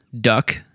duck